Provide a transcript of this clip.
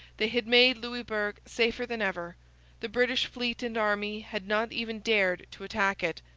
they had made louisbourg safer than ever the british fleet and army had not even dared to attack it.